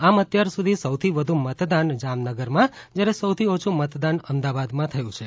આમ અત્યાર સુધી સૌથી વધુ મતદાન જામનગરમાં જયારે સૌથી ઓછુ મતદાન અમદાવાદમાં થયુ છે